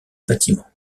bâtiments